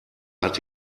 hat